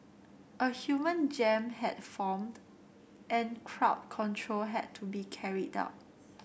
a human jam had formed and crowd control had to be carried out